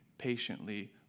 patiently